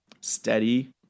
steady